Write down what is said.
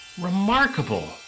Remarkable